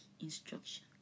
instruction